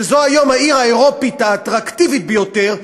שזו היום העיר האירופית האטרקטיבית ביותר,